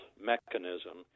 mechanism